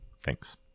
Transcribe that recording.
Thanks